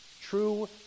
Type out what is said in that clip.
True